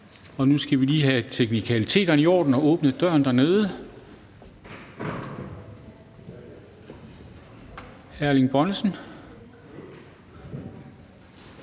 Nu skal vi lige have teknikaliteterne i orden og have åbnet døren dernede. Vi går